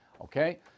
Okay